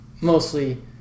mostly